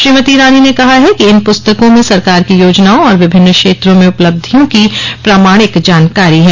श्रीमती ईरानी ने कहा है कि इन पुस्तकों में सरकार की योजनाओं और विभिन्न क्षेत्रों में उपलब्धियों की प्रामाणिक जानकारी है